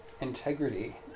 integrity